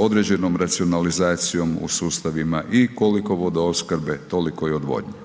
određenom racionalizacijom u sustavima i koliko vodoopskrbe, toliko i odvodnje.